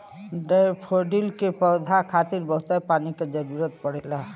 daffodil के पौधा खातिर बहुते पानी क जरुरत पड़ेला